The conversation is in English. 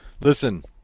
listen